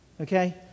Okay